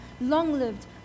long-lived